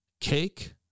cake